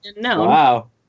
Wow